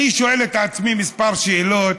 אני שואל את עצמי כמה שאלות,